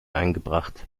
eingebracht